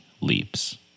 Leaps